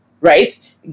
right